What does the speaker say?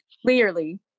clearly